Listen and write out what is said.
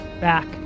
back